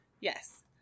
Yes